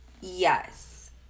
Yes